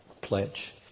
pledge